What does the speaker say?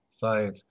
five